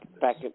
back